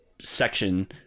section